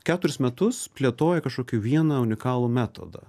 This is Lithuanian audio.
keturis metus plėtoja kažkokį vieną unikalų metodą